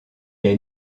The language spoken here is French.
est